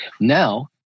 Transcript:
now